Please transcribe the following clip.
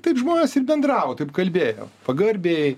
taip žmonės ir bendravo taip kalbėjo pagarbiai